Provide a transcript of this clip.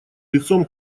лицом